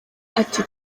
ati